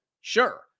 sure